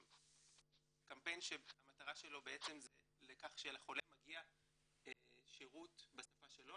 קמפיין שמטרתו בעצם היא לכך שלחולה מגיע שירות בשפה שלו,